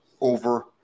over